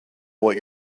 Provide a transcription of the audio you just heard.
what